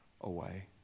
away